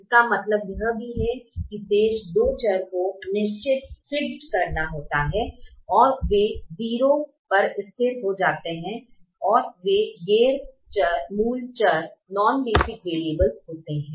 इसका मतलब यह भी है कि शेष 2f चरों को निश्चित करना होता है और वे 0 पर स्थिर हो जाते हैं वे गैर मूल चर होते हैं